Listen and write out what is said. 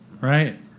Right